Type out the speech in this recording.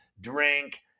drink